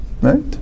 Right